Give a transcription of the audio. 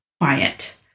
quiet